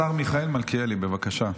השר מיכאל מלכיאלי, בבקשה.